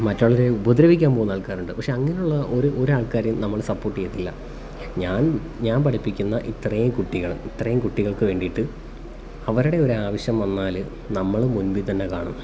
മറ്റുള്ളവരെ ഉപദ്രവിക്കാൻ പോകുന്ന ആൾക്കാരുണ്ട് പക്ഷെ അങ്ങനെയുള്ള ഒരു ഒരാൾക്കാരെയും നമ്മൾ സപ്പോർട്ട് ചെയ്യത്തില്ല ഞാൻ ഞാൻ പഠിപ്പിക്കുന്ന ഇത്രയും കുട്ടികൾ ഇത്രയും കുട്ടികൾക്കു വേണ്ടിയിട്ട് അവരുടെ ഒരാവശ്യം വന്നാൽ നമ്മൾ മുൻപിൽത്തന്നെക്കാണും